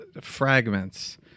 fragments